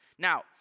Now